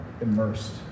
immersed